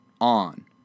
on